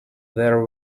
there